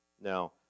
Now